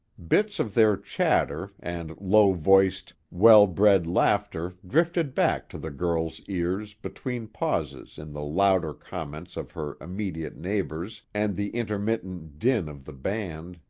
bits of their chatter, and low-voiced, well-bred laughter drifted back to the girl's ears between pauses in the louder comments of her immediate neighbors and the intermittent din of the band,